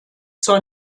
zur